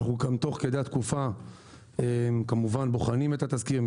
תוך כדי התקופה אנחנו כמובן בוחנים את התזכיר,